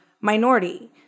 minority